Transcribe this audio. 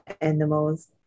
animals